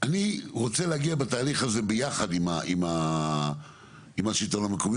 אני רוצה להגיע בתהליך הזה ביחד עם השלטון המקומי,